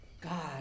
God